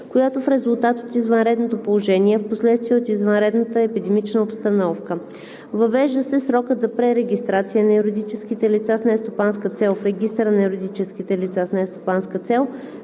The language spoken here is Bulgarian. която е резултат от извънредното положение, а впоследствие и от извънредната епидемична обстановка. Въвежда се срокът за пререгистрация на юридическите лица с нестопанска цел в Регистъра на юридическите лица с нестопанска цел,